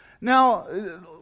now